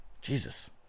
Jesus